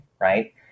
right